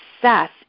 success